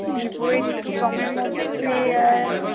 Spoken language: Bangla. ভিভো একটু কমের মধ্যে আর